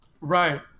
Right